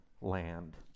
land